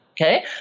Okay